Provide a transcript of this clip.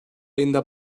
ayında